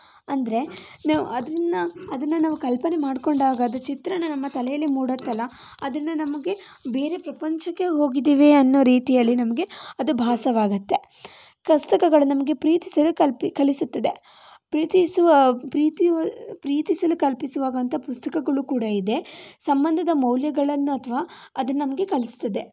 ಅಂದರೆ ನೀವು ಅದನ್ನ ಅದನ್ನು ಕಲ್ಪನೆ ಮಾಡ್ಕೊಂಡಾಗ ಅದು ಚಿತ್ರಣ ನಮ್ಮ ತಲೆಯಲ್ಲಿ ಮೂಡುತ್ತಲ್ಲ ಅದನ್ನ ನಮಗೆ ಬೇರೆ ಪ್ರಪಂಚಕ್ಕೆ ಹೋಗಿದ್ದೀವಿ ಅನ್ನೋ ರೀತಿಯಲ್ಲಿ ನಮಗೆ ಅದು ಭಾಸವಾಗುತ್ತೆ ಪುಸ್ತಕಗಳು ನಮಗೆ ಪ್ರೀತಿಸಲು ಕಲ್ಪಿಸಿ ಕಲಿಸುತ್ತದೆ ಪ್ರೀತಿಸುವ ಪ್ರೀತಿಸಿ ಪ್ರೀತಿಸಲು ಕಲ್ಪಿಸುವಾಗ ಅಂತ ಪುಸ್ತಕಗಳು ಕೂಡ ಇದೆ ಸಂಬಂಧದ ಮೌಲ್ಯಗಳನ್ನು ಅಥವಾ ಅದು ನಮಗೆ ಕಲಿಸ್ತದೆ